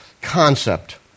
concept